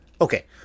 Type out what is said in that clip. Okay